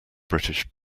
british